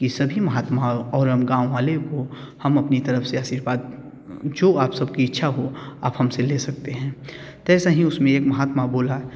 की सभी महात्माओं और हम गाँव वाले वह हम अपनी तरफ से आशीर्वाद जो आप सबकी इच्छा हो आप हम से ले सकते हैं तैसा ही उसमें एक महात्मा बोला